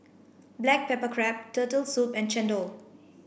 black pepper crab turtle soup and Chendol